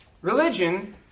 religion